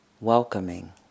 welcoming